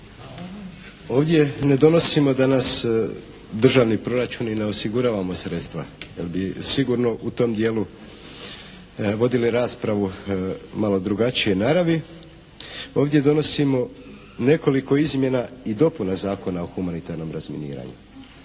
Ovdje ne donosimo danas državni proračun i ne osiguravamo sredstva. Jer bi sigurno u tom dijelu vodili raspravu malo drugačije naravi. Ovdje donosimo nekoliko izmjena i dopuna Zakona o humanitarnog razminiranju.